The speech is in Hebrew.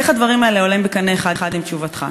איך הדברים האלה עולים בקנה אחד עם תשובתך?